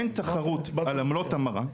אין תחרות על עמלות המרה.